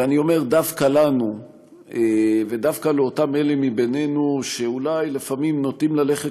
ואני אומר דווקא לנו ודווקא לאלה מביננו שאולי לפעמים נוטים ללכת